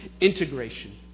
integration